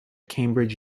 cambridge